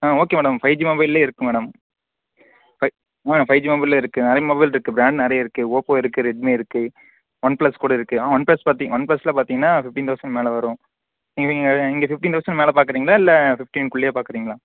ஆ okay madam five G மொபைல்லேயே இருக்கு madam five five G மொபைல்லேயே இருக்கு நிறைய மொபைல் இருக்கு பிராண்ட் நிறைய இருக்கு ஓப்போ இருக்கு ரெட்மி இருக்கு ஒன் ப்ளஸ் கூட இருக்கு ஆனால் ஒன் ப்ளஸ் பார்த்தி ஒன் ப்ளஸில் பார்த்திங்கன்னா ஃபிஃப்டீன் தௌசணுக்கு மேலே வரும் நீங்கள் நீங்கள் ஃபிஃப்டீன் தௌசணுக்கு மேலே பார்க்குறீங்களா இல்லை ஃபிஃப்டீனுக்குள்ளையே பார்க்குறீங்களா